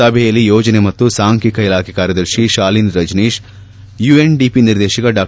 ಸಭೆಯಲ್ಲಿ ಯೋಜನೆ ಮತ್ತು ಸಾಂಖ್ಯಿಕ ಇಲಾಖೆ ಕಾರ್ಯದರ್ಶಿ ಶಾಲಿನಿ ರಜನೀಶ್ ಯುಎನ್ಡಿಪಿ ನಿರ್ದೇಶಕ ಡಾ